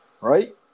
right